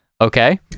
okay